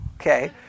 Okay